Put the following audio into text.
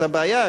את הבעיה,